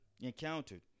encountered